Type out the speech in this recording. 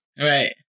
Right